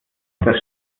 das